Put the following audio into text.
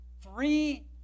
three